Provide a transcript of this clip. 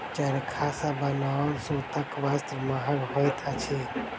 चरखा सॅ बनाओल सूतक वस्त्र महग होइत अछि